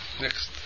Next